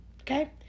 okay